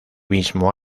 mismo